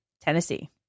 Tennessee